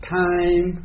time